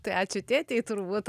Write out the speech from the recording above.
tai ačiū tėtei turbūt